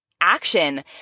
action